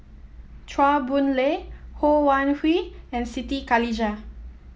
Chua Boon Lay Ho Wan Hui and Siti Khalijah